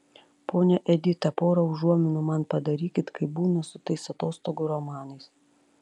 ponia edita pora užuominų man padarykit kaip būna su tais atostogų romanais